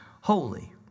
holy